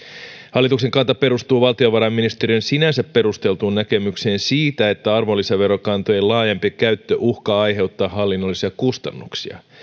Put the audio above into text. hallituksen kanta perustuu valtiovarainministeriön sinänsä perusteltuun näkemykseen siitä että arvonlisäverokantojen laajempi käyttö uhkaa aiheuttaa hallinnollisia kustannuksia